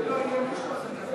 אם לא יהיה מישהו אז אני אחריו.